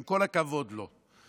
עם כל הכבוד לו.